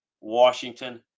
washington